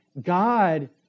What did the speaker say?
God